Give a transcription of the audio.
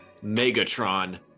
Megatron